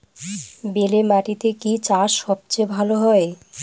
বেলে মাটিতে কি চাষ সবচেয়ে ভালো হয়?